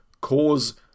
cause